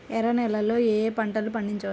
ఎర్ర నేలలలో ఏయే పంటలు పండించవచ్చు?